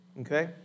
okay